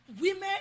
women